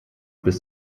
bis